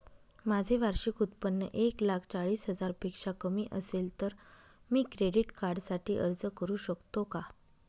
माझे वार्षिक उत्त्पन्न एक लाख चाळीस हजार पेक्षा कमी असेल तर मी क्रेडिट कार्डसाठी अर्ज करु शकतो का?